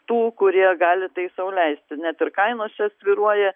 tų kurie gali tai sau leisti net ir kainos čia svyruoja